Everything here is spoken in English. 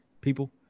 people